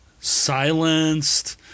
silenced